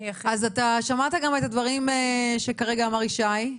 שמעת את הדברים שכרגע אמר ישי.